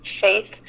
faith